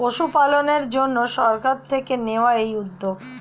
পশুপালনের জন্যে সরকার থেকে নেওয়া এই উদ্যোগ